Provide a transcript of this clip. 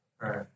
Right